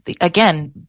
again